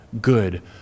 good